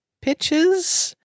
pitches